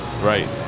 Right